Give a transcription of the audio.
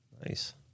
Nice